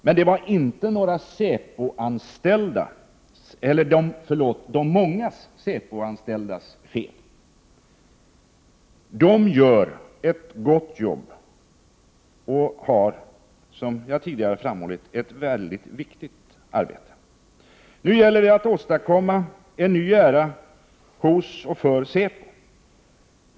Men det var inte de många säpoanställdas fel. De gör ett gott arbete — och, som jag tidigare framhållit, ett mycket viktigt arbete. Nu gäller det att åstadkomma en ny era hos och för säpo.